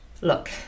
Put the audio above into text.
Look